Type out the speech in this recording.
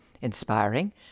inspiring